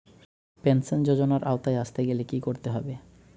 Pension যজোনার আওতায় আসতে গেলে কি করতে হবে?